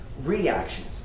reactions